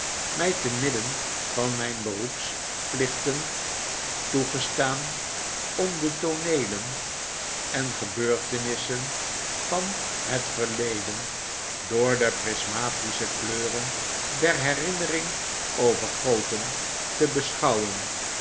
mij te midden van mijn beroepsplichten toegestaan om de tooneelen en gebeurtenissen van het verleden door de prismatische kleuren der herinnering overgoten te beschouwen